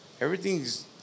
everything's